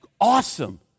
awesome